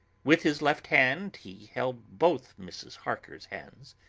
with his left hand he held both mrs. harker's hands,